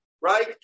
right